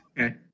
Okay